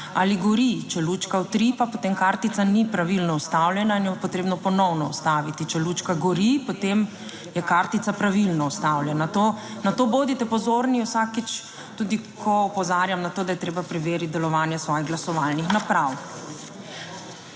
ali gori. Če lučka utripa, potem kartica ni pravilno ustavljena in jo je potrebno ponovno ustaviti. Če lučka gori, potem je kartica pravilno ustavljena. Na to bodite pozorni vsakič tudi, ko opozarjam na to, da je treba preveriti delovanje svojih glasovalnih naprav.